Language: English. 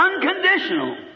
unconditional